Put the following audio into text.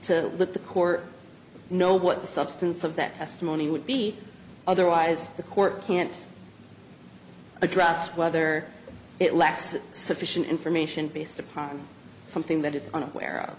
to the court know what the substance of that testimony would be otherwise the court can't address whether it lacks sufficient information based upon something that is unaware